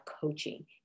coaching